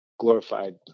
Glorified